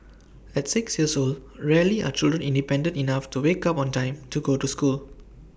at six years old rarely are children independent enough to wake up on time to go to school